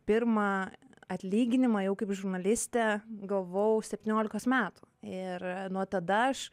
pirmą atlyginimą jau kaip žurnalistė gavau septyniolikos metų ir nuo tada aš